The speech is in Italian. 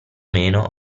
meno